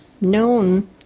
known